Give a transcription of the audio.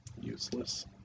useless